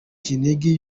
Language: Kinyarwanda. kinigi